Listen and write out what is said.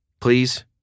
please